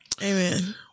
amen